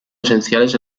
esenciales